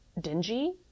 dingy